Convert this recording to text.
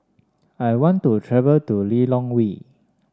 I want to travel to Lilongwe